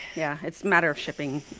yeah, it's matter of shipping,